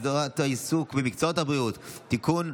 אנחנו עוברים להצבעה על הצעת חוק הסדרת העיסוק במקצועות הבריאות (תיקון,